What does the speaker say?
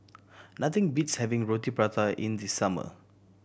nothing beats having Roti Prata in the summer